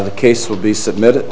the case will be submitted